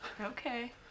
okay